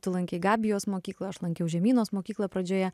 tu lankei gabijos mokyklą aš lankiau žemynos mokyklą pradžioje